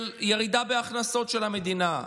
של ירידה בהכנסות של המדינה,